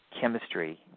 chemistry